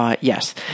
yes